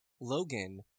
Logan